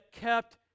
kept